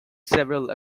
several